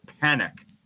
panic